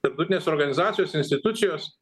tarptautinės organizacijos institucijos